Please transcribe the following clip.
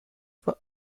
were